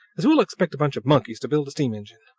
as well expect a bunch of monkeys to build a steam engine!